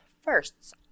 firsts